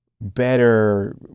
better